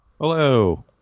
Hello